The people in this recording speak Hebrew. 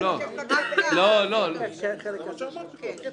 כי הוא יכול לבקש שהוא יגיע